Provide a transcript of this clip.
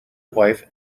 wife